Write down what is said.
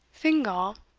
fingal,